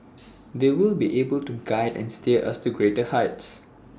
they will be able to guide and steer us to greater heights